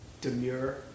demure